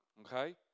Okay